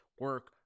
Work